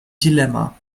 dilemma